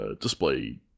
display